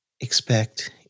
expect